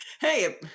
Hey